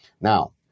Now